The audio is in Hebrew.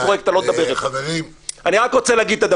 אני אעשה את זה פרויקט אתה לא תדבר יותר.